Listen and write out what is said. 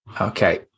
Okay